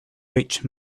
rich